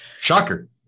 Shocker